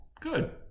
Good